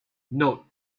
note